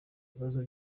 bibazo